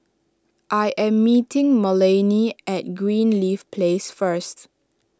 I am meeting Melanie at Greenleaf Place first